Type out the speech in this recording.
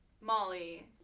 Molly